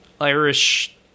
Irish